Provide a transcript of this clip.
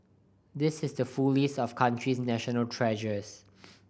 this is the full list of country's national treasures